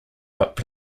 but